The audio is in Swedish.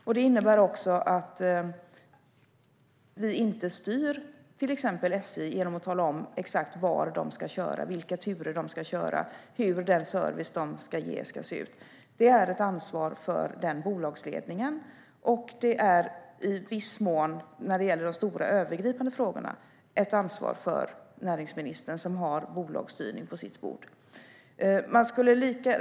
Det här innebär att regeringen inte styr till exempel SJ genom att tala om exakt var de ska köra, vilka turer de ska köra, hur den service de ska ge ska se ut. Det är ett ansvar för den bolagsledningen. När det gäller de stora övergripande frågorna är det ett ansvar för näringsministern som har bolagsstyrning på sitt bord.